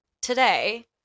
today